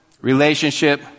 relationship